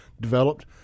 developed